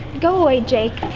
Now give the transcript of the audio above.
go away, jake.